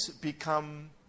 become